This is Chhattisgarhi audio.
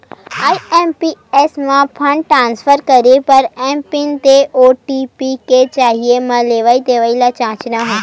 आई.एम.पी.एस म फंड ट्रांसफर करे बर एमपिन ते ओ.टी.पी के जरिए म लेवइ देवइ ल जांचना होथे